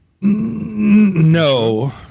No